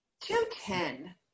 two-ten